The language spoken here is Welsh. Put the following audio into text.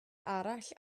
arall